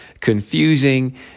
confusing